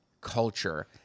culture